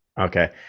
Okay